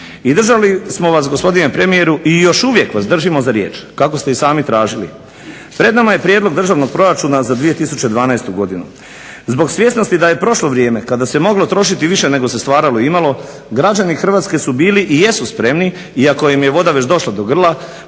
I držali smo vas gospodine premijeru i još uvijek vas držimo za riječ kako ste i sami tražili. Pred nama je prijedlog državnog proračuna za 2012.godinu. zbog svjesnosti da je prošlo vrijeme kada se moglo trošiti više nego se stvaralo i imalo, građani Hrvatske su bili i jesu spremni iako im je voda već došla do grla